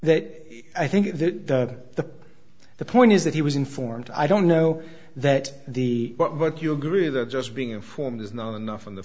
that i think that the the point is that he was informed i don't know that the but what you agree that just being informed is not enough in the